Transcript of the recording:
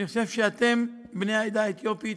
אני חושב שאתם, בני העדה האתיופית,